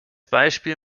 beispiel